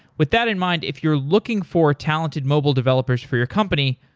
with that in mind, if you're looking for talented mobile developers for your company,